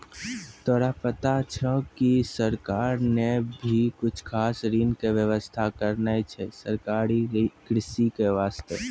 तोरा पता छौं कि सरकार नॅ भी कुछ खास ऋण के व्यवस्था करनॅ छै सहकारी कृषि के वास्तॅ